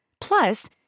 Plus